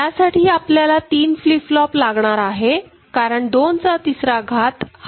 यासाठी आपल्याला तीन फ्लिप फ्लॉप लागणार आहे कारण 2 चा तिसरा घात हा आठ होत असतो